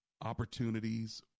opportunities